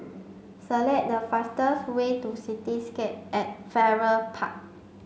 select the fastest way to Cityscape at Farrer Park